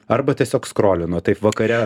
arba tiesiog skrolino taip vakare